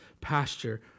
pasture